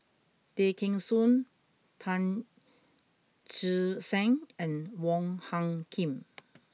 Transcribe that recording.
Tay Kheng Soon Tan Che Sang and Wong Hung Khim